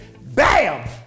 bam